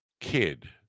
kid